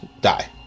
Die